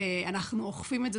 ואנחנו אוכפים את זה.